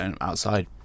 outside